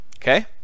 Okay